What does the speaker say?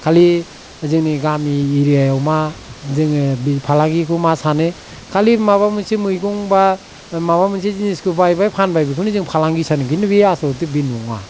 खालि जोंनि गामि एरियायाव मा जोङो बि फालांगिखौ मा सानो खालि माबा मोनसे मैगं बा माबा मोने जिनिसखौ बायबाय फानबाय बेखौनो जों फालांगि सानो किन्तु बे आसलथे बे नङा